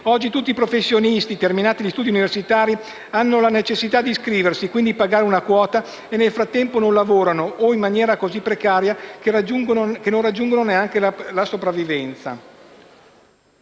Oggi tutti i professionisti, terminati gli studi universitari, hanno la necessità di iscriversi e quindi pagare una quota e nel frattempo non lavorano o lavorano in maniera così precaria che non raggiungono neanche la sopravvivenza.